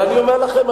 ואני אומר לכם,